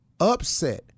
upset